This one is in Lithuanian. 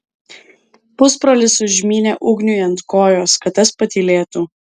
pusbrolis užmynė ugniui ant kojos kad tas patylėtų